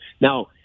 Now